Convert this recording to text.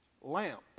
lamp